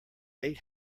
eight